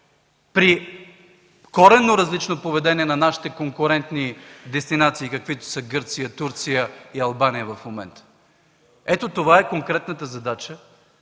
при коренно различно поведение на нашите конкурентни дестинации, каквито са Гърция, Турция и Албания в момента. Ето това е конкретната задача